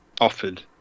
offered